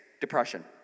Depression